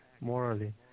morally